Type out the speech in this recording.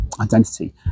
Identity